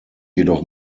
jedoch